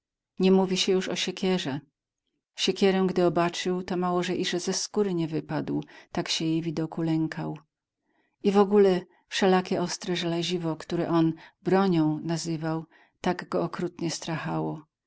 nie mówi się już o siekierze siekierę gdy obaczył to mało iże ze skóry nie wypadł tak się jej widoku lękał i wogóle wszelakie ostre żelaziwo które on bronią nazywał tak go okrutnie strachało